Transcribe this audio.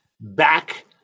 Back